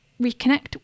reconnect